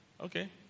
Okay